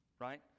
right